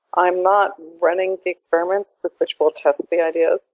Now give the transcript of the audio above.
i'm not running the experiments with which we'll test the ideas.